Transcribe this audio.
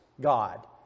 God